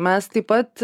mes taip pat